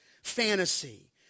fantasy